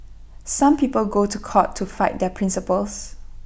some people go to court to fight their principles